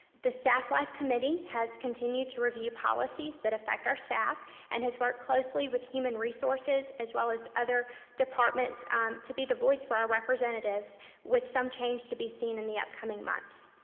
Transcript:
the staff life committee has continued to review policies that affect our staff and has worked closely with human resources as well as other departments to be the voice for our representatives with some change to be seen in the upcoming months.